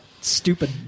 stupid